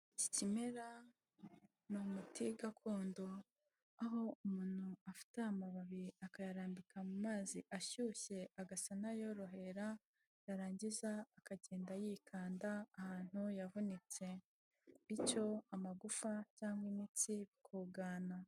Iki kimera ni umuti gakondo, aho umuntu afata aya mababi akayarambika mu mazi ashyushye agasa n'ayorohera, yarangiza akagenda yikanda ahantu yavunitse, bityo amagufa cyangwa imitsi bikugana.